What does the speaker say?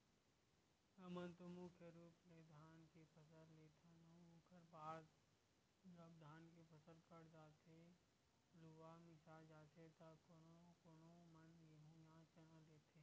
हमन तो मुख्य रुप ले धान के फसल लेथन अउ ओखर बाद जब धान के फसल कट जाथे लुवा मिसा जाथे त कोनो कोनो मन गेंहू या चना लेथे